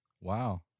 Wow